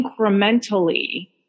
incrementally